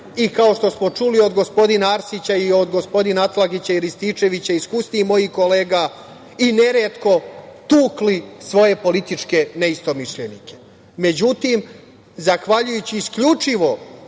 i kao što smo čuli od gospodina Arsića i od gospodina Atlagića i Rističevića, iskusnijih mojih kolega i neretko tukli svoje političke neistomišljenike.Međutim, zahvaljujući isključivo